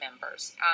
members